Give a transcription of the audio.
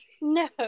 no